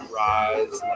rise